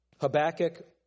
Habakkuk